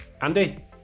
Andy